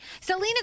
Selena